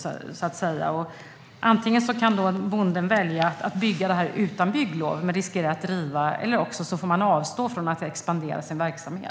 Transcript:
En bonde kan då tvingas välja mellan att antingen bygga utan bygglov men riskera att behöva riva byggnaden eller avstå från att expandera sin verksamhet.